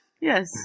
Yes